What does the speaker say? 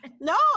No